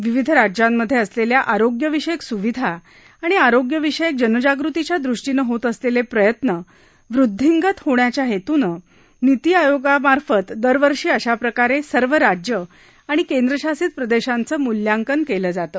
विविध राज्यांमधे असलेल्या आरोग्यविषयक सुविधा आणि आरोग्यविषयक जनजागृतीच्या दुष्टीनं होत असलेले प्रयत्न वृद्धींगत होण्याच्या उद्देशानं नीती आयोगामार्फत दरवर्षी अशाप्रकारे सर्व राज्य आणि केंद्रशासित प्रदेशांचं मूल्यांकन केलं जातं